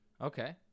Okay